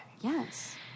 yes